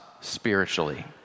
spiritually